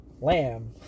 Lamb